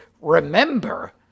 remember